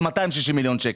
אלה 260 מיליון שקלים.